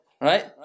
Right